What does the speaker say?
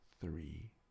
three